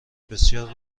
بسیار